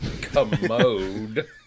commode